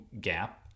gap